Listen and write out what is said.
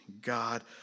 God